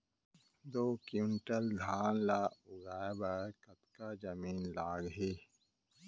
दो क्विंटल धान ला उगाए बर कतका जमीन लागही?